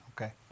Okay